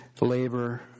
labor